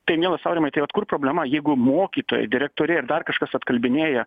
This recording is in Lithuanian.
tai mielas aurimai tai vat kur problema jeigu mokytojai direktoriai ir dar kažkas apkalbinėja